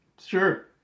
Sure